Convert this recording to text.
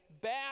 back